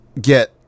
get